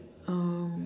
um